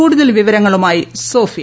കൂടുതൽ വിവരങ്ങളുമായി സോഫിയ